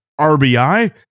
RBI